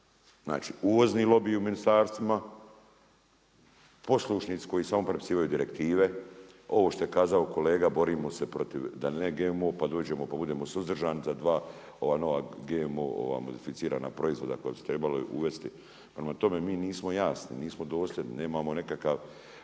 Znači uvozni lobiji u ministarstvima, poslušnici koji samo prepisivaju direktive. Ovo što je kazao kolega borimo se protiv GMO-a pa dođemo pa budemo suzdržani za dva ova nova GMO modificirana proizvoda koja su trebali uvesti, prema tome mi nismo jasno, nismo dosljedni, nemamo nekakav